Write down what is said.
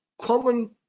common